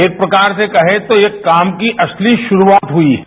एक प्रकार से कहें तो यह काम की असली शुरूआत हुई है